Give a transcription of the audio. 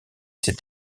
ces